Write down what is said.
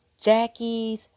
Jackie's